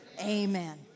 Amen